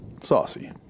saucy